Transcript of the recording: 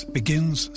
begins